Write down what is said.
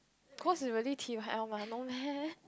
cause it really T_Y_L mah no meh